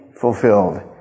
fulfilled